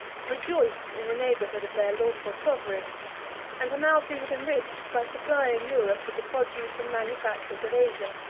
rejoiced in the neighborhood of their lawful sovereign and amalfi was enriched by supplying europe with the produce and manufactures of asia.